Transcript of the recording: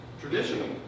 traditional